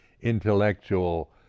intellectual